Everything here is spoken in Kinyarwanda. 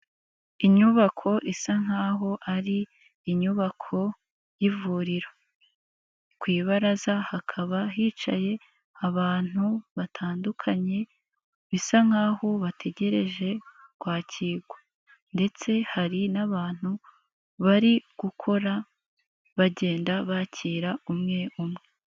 Inyubako isa nkaho ari inyubako y'ivuriro, ku ibaraza hakaba hicaye abantu batandukanye bisa nkaho bategereje kwakirwa ndetse hari n'abantu bari gukora bagenda bakira umwe umwe.